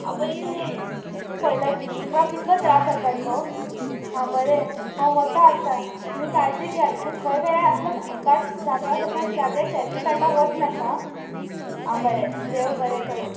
आवय गे पयल्यात न्हय वा कितलो त्रास जाता तो हां बरें हांव वतां आतां तुमी काळजी घेयात आनी खंय गेल्यार असले कांय अपघात जातात अशा जाग्यार सॅल्फी काडपाक वस नाका आं आं बरें देव बरें करूं